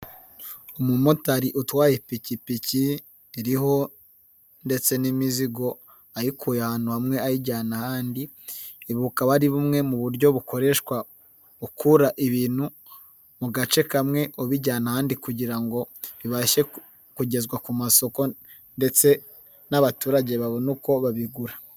Umumotari utwaye ipikipiki iriho ndetse n'imizigo ayikuye ahantu hamwe ayijyana ahandi, ubu bukaba ari bumwe mu buryo bukoreshwa ukura ibintu mu gace kamwe ubijyana ahandi kugira ngo bibashe kugezwa ku masoko ndetse n'abaturage babone uko babigura.